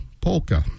Polka